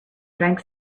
drank